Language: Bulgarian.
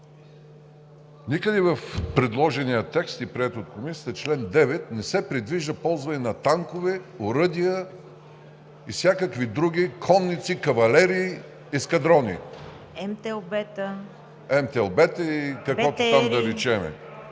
Никъде в предложения текст и приет от Комисията чл. 9 не се предвижда ползване на танкове, оръдия и всякакви други конници, кавалерии, ескадрони. Уважаеми колеги, текстът не е